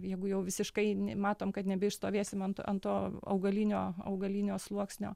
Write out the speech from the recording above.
jeigu jau visiškai matom kad nebeišstovėsim ant ant to augalinio augalinio sluoksnio